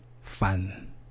fun